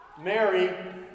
Mary